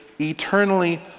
eternally